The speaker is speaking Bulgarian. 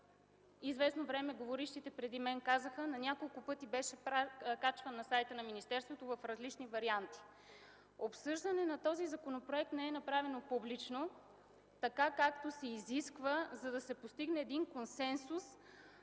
вече преждеговорившите казаха, на няколко пъти той беше качван на сайта на министерството в различни варианти. Обсъждане на този законопроект не е направено публично, така както се изисква, за да се постигне консенсус